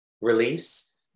release